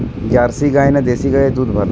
Jersey গাই না দেশী গাইয়ের দুধ ভালো?